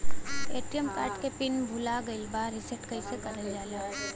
ATM card के pin भूला गइल बा रीसेट कईसे करल जाला?